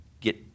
get